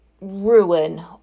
ruin